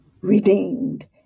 redeemed